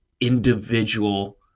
individual